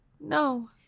No